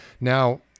Now